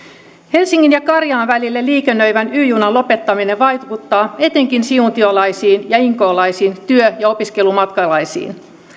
helsingin ja karjaan välillä liikennöivän y junan lopettaminen vaikuttaa etenkin siuntiolaisiin ja inkoolaisiin työ ja opiskelumatkalaisiin